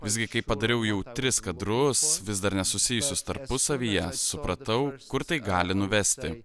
visgi kai padariau jau tris kadrus vis dar nesusijusius tarpusavyje supratau kur tai gali nuvesti